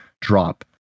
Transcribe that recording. drop